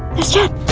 there's chad.